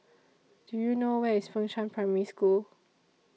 Do YOU know Where IS Fengshan Primary School